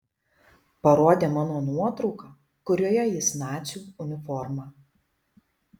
parodė mano nuotrauką kurioje jis nacių uniforma